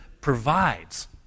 provides